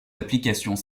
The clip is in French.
applications